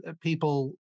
people